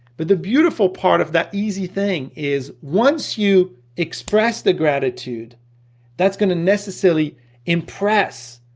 but the beautiful part of that easy thing is once you express the gratitude that's gonna necessarily impress,